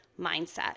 mindset